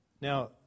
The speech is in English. Now